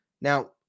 Now